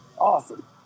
Awesome